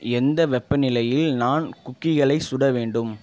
எந்த வெப்பநிலையில் நான் குக்கீகளை சுட வேண்டும்